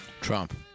Trump